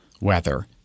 weather